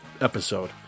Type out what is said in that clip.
episode